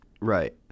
Right